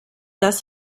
das